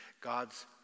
God's